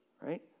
Right